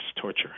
torture